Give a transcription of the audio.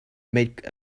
made